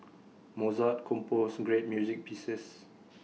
Mozart composed great music pieces